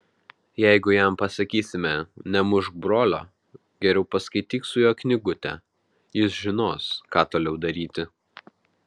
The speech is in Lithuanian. jeigu jam pasakysime nemušk brolio geriau paskaityk su juo knygutę jis žinos ką toliau daryti